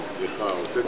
כאן מעל הדוכן